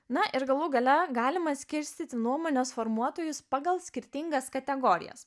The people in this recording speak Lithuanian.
na ir galų gale galima skirstyti nuomonės formuotojus pagal skirtingas kategorijas